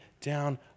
down